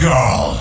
Girl